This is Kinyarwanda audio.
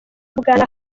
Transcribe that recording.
bwana